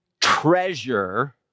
treasure